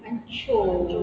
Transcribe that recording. hancur